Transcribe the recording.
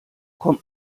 kommt